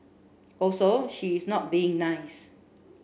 also she is not being nice